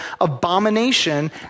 abomination